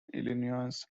illinois